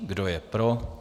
Kdo je pro?